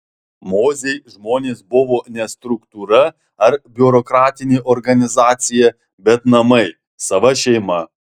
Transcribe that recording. mozei žmonės buvo ne struktūra ar biurokratinė organizacija bet namai sava šeima